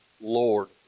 Lord